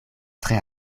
tre